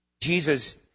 Jesus